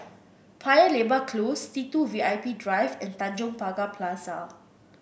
Paya Lebar Close T two V I P Drive and Tanjong Pagar Plaza